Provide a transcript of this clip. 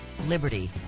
Liberty